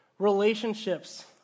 Relationships